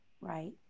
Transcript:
right